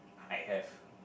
I have